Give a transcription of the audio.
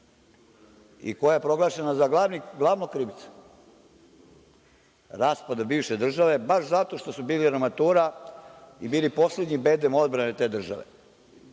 i koja je proglašena za glavnog krivca raspada bivše države baš zato što su bili armatura i bili poslednji bedem odbrane te države. Ta